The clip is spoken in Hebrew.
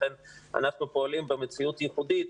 לכן אנחנו פועלים במציאות ייחודית,